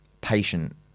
patient